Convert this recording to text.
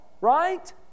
right